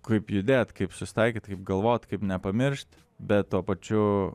kaip judėt kaip susitaikyt kaip galvot kaip nepamiršt bet tuo pačiu